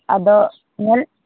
ᱟᱫᱚ ᱦᱮᱸ